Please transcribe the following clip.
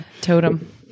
Totem